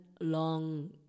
long